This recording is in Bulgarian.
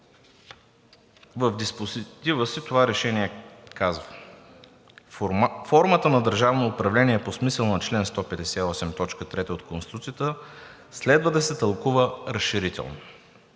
В диспозитива си това решение казва: „Формата на държавно управление по смисъла на чл. 158, т. 3 от Конституцията следва да се тълкува разширително.